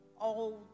old